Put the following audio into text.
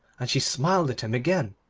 and she smiled at him again.